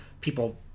people